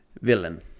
villain